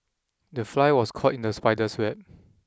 the fly was caught in the spider's web